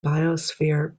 biosphere